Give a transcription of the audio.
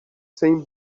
saying